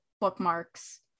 bookmarks